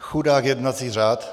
Chudák jednací řád!